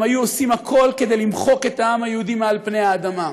הם היו עושים הכול כדי למחוק את העם היהודי מעל פני האדמה.